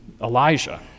Elijah